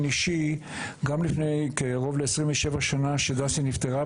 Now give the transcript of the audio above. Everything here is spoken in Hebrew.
אישי גם לפני קרוב ל-27 שנה כשדסי נפטרה,